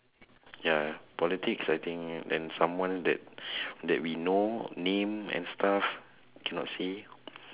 ya politics I think and someone that that we know name and stuff cannot say